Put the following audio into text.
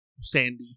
Sandy